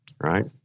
Right